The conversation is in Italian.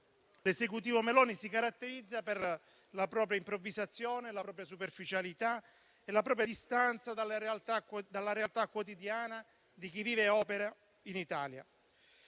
L'Esecutivo Meloni si caratterizza per la propria improvvisazione, la propria superficialità e la propria distanza dalla realtà quotidiana di chi vive e opera in Italia.